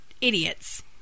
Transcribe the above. idiots